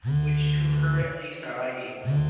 which to her at least are ideals,